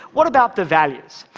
what about the values?